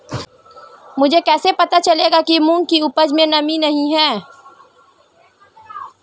मुझे कैसे पता चलेगा कि मूंग की उपज में नमी नहीं है?